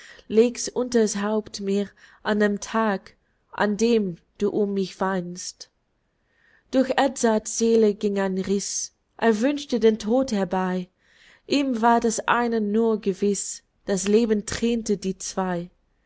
ich's und dereinst leg's unter's haupt mir an dem tag an dem du um mich weinst durch edzards seele ging ein riß er wünschte den tod herbei ihm war das eine nur gewiß das leben trennte die zwei